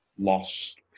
Lost